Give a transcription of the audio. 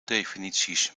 definities